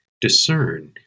discern